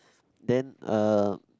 then uh